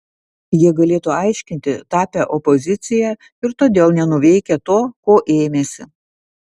jie galėtų aiškinti tapę opozicija ir todėl nenuveikę to ko ėmėsi